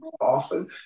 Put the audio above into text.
often